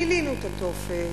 מילאנו את הטופס,